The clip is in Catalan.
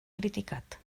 criticat